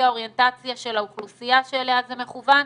האוריינטציה של האוכלוסייה שאליה זה מכוון,